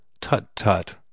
Tut-tut